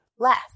less